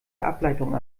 ableitung